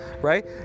Right